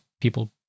people